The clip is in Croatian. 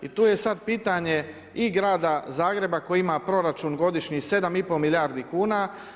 I tu je sad pitanje i Grada Zagreba, koji ima proračun godišnji 7,5 milijardi kuna.